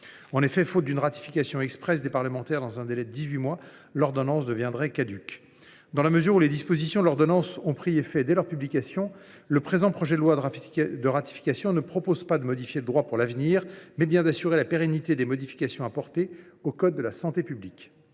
En effet, faute d’une ratification expresse par les parlementaires dans un délai de dix huit mois, l’ordonnance deviendrait caduque. Dans la mesure où ses dispositions ont pris effet dès leur publication, le présent projet de loi a pour objet non pas de modifier le droit pour l’avenir, mais bien d’assurer la pérennité des modifications apportées au code de la santé publique.